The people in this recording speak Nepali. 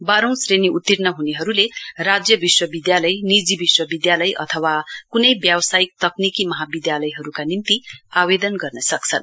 बाहौं श्रेणी उतीर्ण हुनेहरूले राज्य विश्वविद्यालय निजी विश्वविद्यालय अथवा कुन व्यवयासिक तकनिकी महाविद्यालयहरूका निम्ति आवेदन गर्न सक्छन्